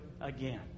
again